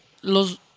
los